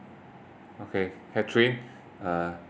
okay uh